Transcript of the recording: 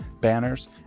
banners